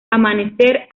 amanecer